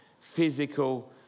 physical